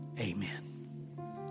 amen